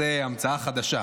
וזו המצאה חדשה.